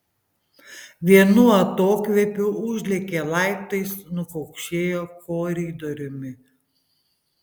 vienu atokvėpiu užlėkė laiptais nukaukšėjo koridoriumi